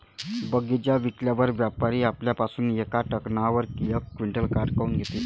बगीचा विकल्यावर व्यापारी आपल्या पासुन येका टनावर यक क्विंटल काट काऊन घेते?